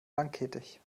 langkettig